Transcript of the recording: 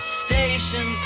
station